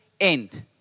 end